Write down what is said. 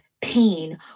pain